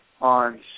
on